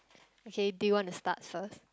okay do you want to start first